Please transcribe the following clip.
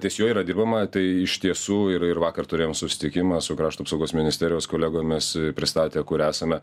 ties juo yra dirbama tai iš tiesų ir ir vakar turėjom susitikimą su krašto apsaugos ministerijos kolegomis pristatė kur esame